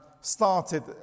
started